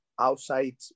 outside